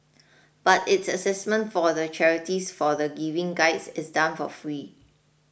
but its assessment for the charities for the Giving Guides is done for free